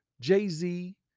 Jay-Z